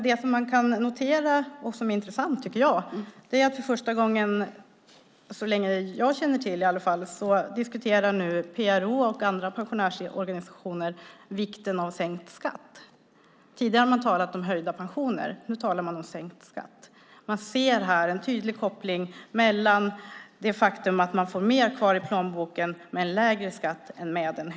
Det som man kan notera och som är intressant är att PRO och andra pensionärsorganisationer nu, för första gången såvitt jag känner till, diskuterar vikten av sänkt skatt. Tidigare har man talat om höjda pensioner. Nu talar man om sänkt skatt. Här ser man en tydlig koppling: Man får mer kvar i plånboken med lägre skatt än med högre.